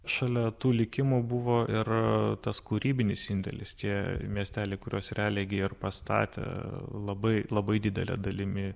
šalia tų likimų buvo ir tas kūrybinis indėlis čia miesteliai kuriuos realiai gi jie ir pastatė labai labai didele dalimi